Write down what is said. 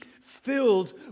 filled